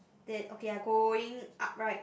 that okay ah going upright